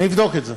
אני אבדוק את זה.